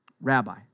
Rabbi